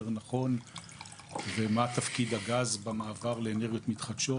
נכון ומה תפקיד הגז במעבר לאנרגיות מתחדשות.